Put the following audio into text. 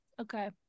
okay